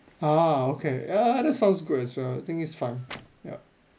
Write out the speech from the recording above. ah okay a'ah that sounds good as well I think its fine yup